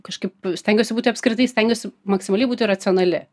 kažkaip stengiuosi būti apskritai stengiuosi maksimaliai būti racionali